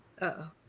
Uh-oh